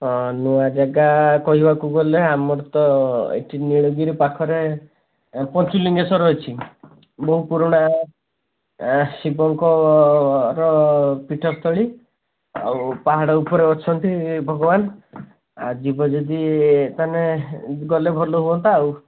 ହଁ ନୂଆ ଯାଗା କହିବାକୁ ଗଲେ ଆମର ତ ଏଠି ନୀଳଗିରି ପାଖରେ ପଞ୍ଚଲିଙ୍ଗେଶ୍ୱର ଅଛି ବହୁ ପୁରୁଣା ଶିବଙ୍କର ପୀଠସ୍ଥଳୀ ଆଉ ପାହାଡ଼ ଉପରେ ଅଛନ୍ତି ଭଗବାନ ଯିବ ଯଦି ତା'ହେଲେ ଗଲେ ଭଲ ହୁଅନ୍ତା ଆଉ